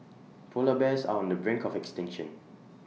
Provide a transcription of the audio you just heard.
Polar Bears are on the brink of extinction